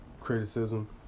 criticism